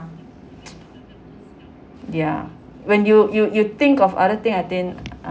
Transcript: ya when you you you think of other thing I think